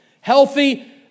Healthy